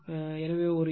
எனவே ஒரு யூனிட் 0